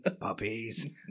puppies